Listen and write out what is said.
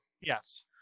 Yes